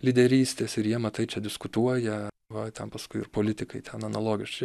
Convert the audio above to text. lyderystės ir jie matai čia diskutuoja va ten paskui ir politikai ten analogiškai